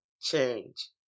change